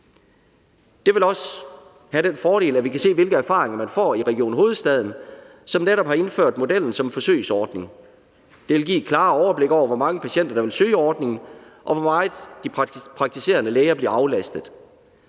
Det vil også have den fordel, at vi kan se, hvilke erfaringer man får i Region Hovedstaden, som netop har indført modellen som en forsøgsordning. Det vil give et klarere overblik over, hvor mange patienter der vil søge ordningen, og hvor meget de praktiserende læger bliver aflastet